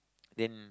then